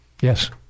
Yes